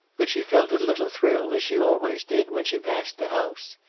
but she felt a little thrill, as she always did, when she passed the house.